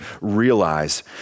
realize